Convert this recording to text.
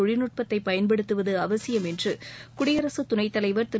தொழில்நுட்பத்தை பயன்படுத்துவது அவசியம் என்று குடியரசுத் துணைத்தலைவர் திரு